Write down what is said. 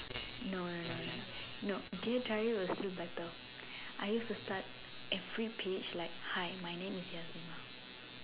no no no no no dear diary was still better I used to start every page like hi my name is Yazeemah